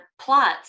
plots